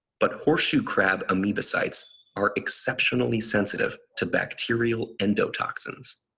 but horseshoe crab amebocydes are exceptionally sensitive to bacterial endotoxins.